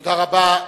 תודה רבה.